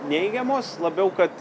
neigiamos labiau kad